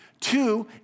Two